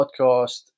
podcast